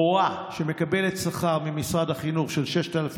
מורה שמקבלת שכר ממשרד החינוך של 6,000